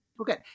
Okay